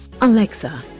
Alexa